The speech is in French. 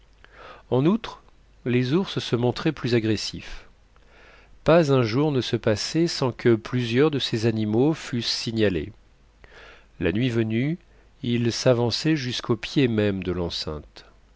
en outre les ours se montraient plus agressifs pas un jour ne se passait sans que plusieurs de ces animaux fussent signalés la nuit venue ils s'avançaient jusqu'au pied même de l'enceinte